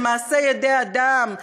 זה מעשה ידי אדם.